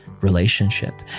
relationship